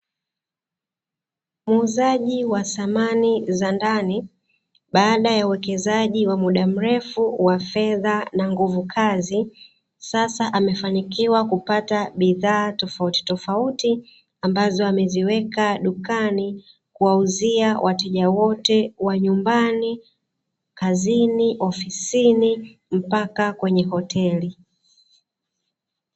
Muuzaji wa saamani za ndani, baada ya uwekezaji wa muda mrefu wa fedha na nguvu kazi, sasa amefanikiwa kupata bidhaa tofautitofauti ,ambazo ameziweka dukani ,kuwauzia wateja wote wa nyumbani kazini ofisini mpaka kwenye hoteli.